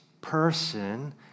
person